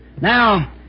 Now